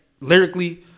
lyrically